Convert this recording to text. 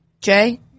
Jay